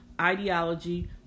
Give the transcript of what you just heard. ideology